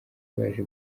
baje